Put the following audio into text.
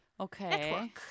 Okay